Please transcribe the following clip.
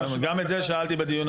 גם את זה שאלתי בדיון המקדים.